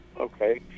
Okay